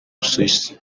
busuwisi